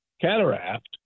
cataract